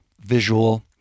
visual